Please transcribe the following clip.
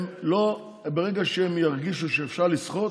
ברגע שהם ירגישו שאפשר לסחוט,